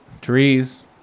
trees